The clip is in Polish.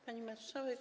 Pani Marszałek!